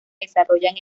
desarrollan